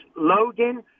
Logan